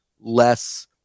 less